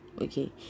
okay